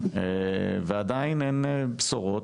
ועדיין אין בשורות.